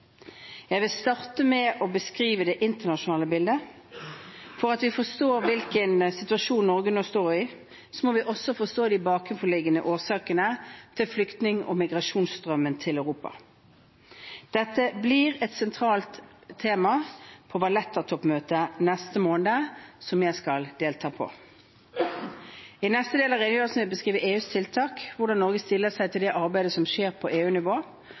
Jeg vil starte med å beskrive det internasjonale bildet. For å forstå hvilken situasjon Norge nå står i, må vi forstå de bakenforliggende årsakene til flyktning- og migrasjonsstrømmen til Europa. Dette blir et sentralt tema på Valletta-toppmøtet neste måned, som jeg skal delta på. I neste del av redegjørelsen vil jeg beskrive EUs tiltak, og hvordan Norge stiller seg til det arbeidet som skjer på